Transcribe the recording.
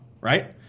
right